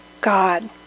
God